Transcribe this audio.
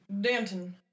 Danton